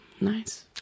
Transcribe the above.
Nice